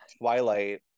Twilight